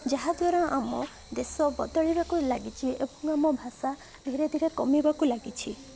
ଯାହାଦ୍ୱାରା ଆମ ଦେଶ ବଦଳିବାକୁ ଲାଗିଛି ଏବଂ ଆମ ଭାଷା ଧୀରେ ଧୀରେ କମିବାକୁ ଲାଗିଛି